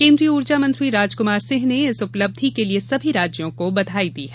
केन्द्रीय ऊर्जा मंत्री राजकुमार सिंह ने इस उपलब्धि के लिए सभी राज्यों को बधाई दी है